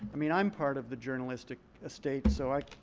i mean, i'm part of the journalistic estate. so i